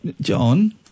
John